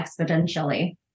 exponentially